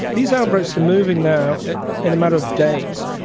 these outbreaks are moving now in a matter of days.